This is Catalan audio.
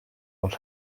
els